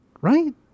Right